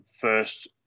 first